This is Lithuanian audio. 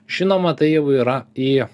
žinoma tai jau yra į